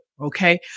Okay